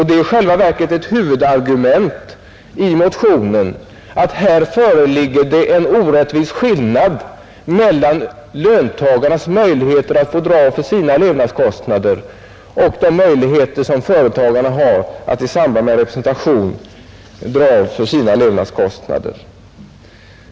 Det är i själva verket ett huvudargument i motionen att det föreligger en orättvis skillnad mellan löntagarnas möjligheter att få avdrag för sina levnadskostnader och de möjligheter som företagarna har att i samband med representation dra av för sina levnadskostnader.